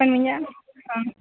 पंजवंजाहु हा